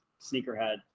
sneakerhead